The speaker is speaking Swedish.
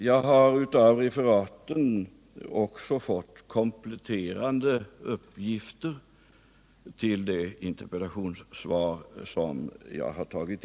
Referaten från detta besök har givit kompletterande uppgifter till det interpellationssvar som jag har fått.